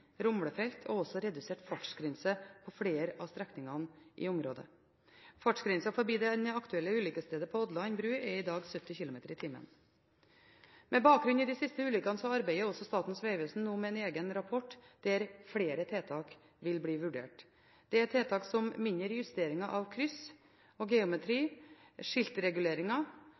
redusert fartsgrense på flere av strekningene i området. Fartsgrensen forbi det aktuelle ulykkesstedet på Ådland bru er i dag 70 km/t. Med bakgrunn i de siste ulykkene arbeider Statens vegvesen nå med en egen rapport der flere tiltak vil bli vurdert. Dette er tiltak som mindre justeringer av kryss/geometri og